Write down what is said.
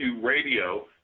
Radio